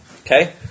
Okay